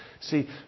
See